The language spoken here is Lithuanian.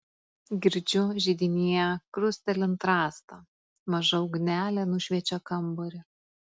girdžiu židinyje krustelint rastą maža ugnelė nušviečia kambarį